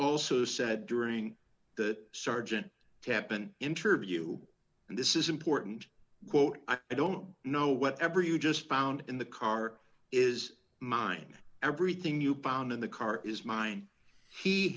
also said during that sergeant to happen interview and this is important i don't know what ever you just found in the car is mine everything you've found in the car is mine he